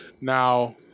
Now